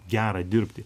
gera dirbti